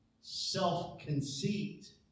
self-conceit